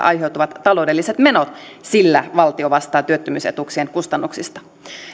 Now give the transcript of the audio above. aiheutuvat taloudelliset menot sillä valtio vastaa työttömyysetuuksien kustannuksista